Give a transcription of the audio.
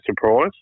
surprise